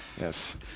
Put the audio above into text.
Yes